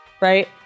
right